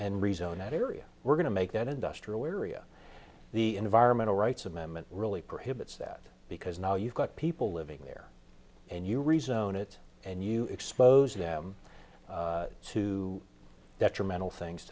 and rezone that area we're going to make that industrial area the environmental rights amendment really prohibits that because now you've got people living there and you rezone it and you expose them to detrimental things